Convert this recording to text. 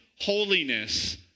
holiness